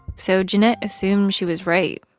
so jennet assumed she was right.